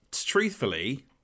truthfully